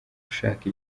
gushaka